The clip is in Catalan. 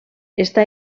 està